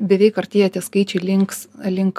beveik artėja tie skaičiai links link